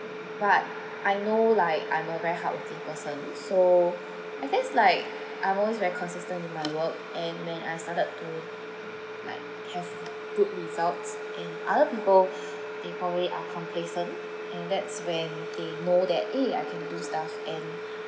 but I know like I'm a very hardworking person so I think like I almost very consistent with my work and when I started to like have good results and other people they probably are complacent and that's when they know that eh I can do stuff and